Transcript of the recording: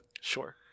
Sure